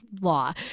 law